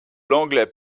l’anglais